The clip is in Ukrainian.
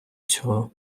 цього